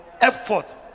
effort